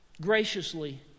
graciously